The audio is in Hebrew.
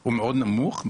הוא מאוד נמוך,